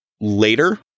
later